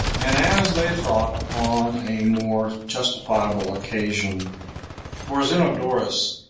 and, as they thought, upon a more justifiable occasion for zenodorus,